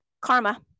Karma